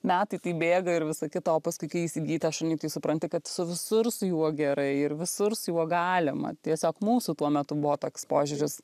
metai tai bėga ir visa kita o paskui kai įsigyji tą šunį tai supranti kad su visur su juo gerai ir visur su juo galima tiesiog mūsų tuo metu buvo toks požiūris